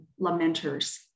lamenters